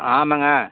ஆமாம்ங்க